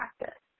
practice